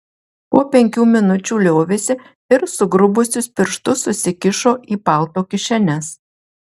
po penkių minučių liovėsi ir sugrubusius piršus susikišo į palto kišenes